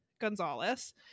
Gonzalez